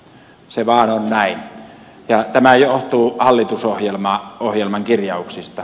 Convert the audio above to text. se vaan on näin ja tämä johtuu hallitusohjelman kirjauksista